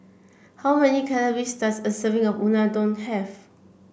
how many calories does a serving of Unadon have